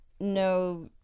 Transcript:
no